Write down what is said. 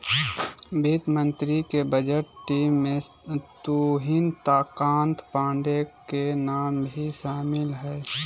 वित्त मंत्री के बजट टीम में तुहिन कांत पांडे के नाम भी शामिल हइ